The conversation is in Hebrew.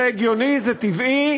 זה הגיוני, זה טבעי.